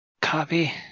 Copy